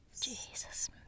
Jesus